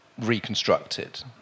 reconstructed